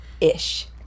Ish